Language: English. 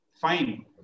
Fine